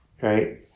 right